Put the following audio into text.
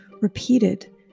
repeated